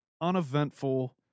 uneventful